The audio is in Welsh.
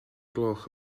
gloch